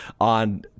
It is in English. on